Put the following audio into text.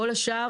כל השאר,